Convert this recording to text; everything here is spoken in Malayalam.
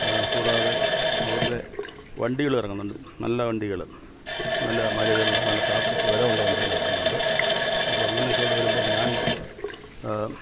കൂടാതെ അവരുടെ വണ്ടികൾ ഇറങ്ങുന്നുണ്ട് നല്ല വണ്ടികൾ നല്ല മൈലേജ് ഉള്ള നല്ല താക്ക് വില ഉള്ള വണ്ടികൾ ഇറങ്ങുന്നുണ്ട് അപ്പോൾ അങ്ങനെ ഒക്കെയുള്ളത് വരുമ്പം ഞാൻ